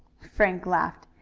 frank laughed.